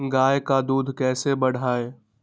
गाय का दूध कैसे बढ़ाये?